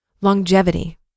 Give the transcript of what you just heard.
Longevity